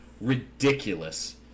ridiculous